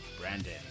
Brandon